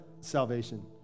salvation